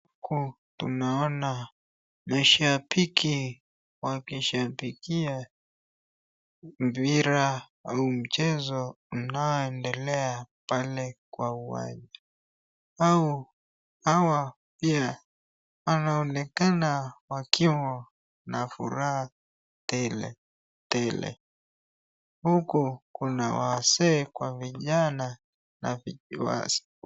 Huku tunaona mashabiki wakishabikia mpira au mchezo unaoendelea pale kwa uwanja. Hawa pia wanaonekana wakiwa na furaha tele tele. Huku kuna wazee kwa vijana na